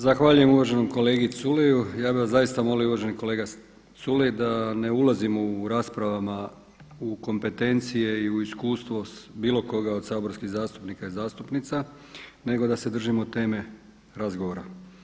Zahvaljujem uvaženom kolegi Culeju, ja bih vas zaista molio uvaženi kolega Culej da ne ulazimo u raspravama u kompetencije i u iskustvo bilo koga od saborskih zastupnika i zastupnica nego da se držimo teme razgovora.